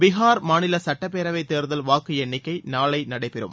பீகார் மாநில சட்டப்பேரவைத் தேர்தல் வாக்கு எண்ணிக்கை நாளை நடைபெறும்